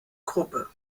gruppe